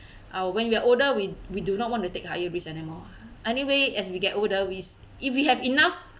uh when we're older we we do not want to take higher risk anymore anyway as we get older we s if we have enough